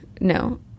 no